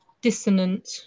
dissonant